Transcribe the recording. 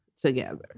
together